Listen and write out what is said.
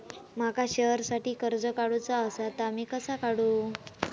माका शेअरसाठी कर्ज काढूचा असा ता मी कसा काढू?